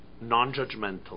non-judgmental